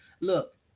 Look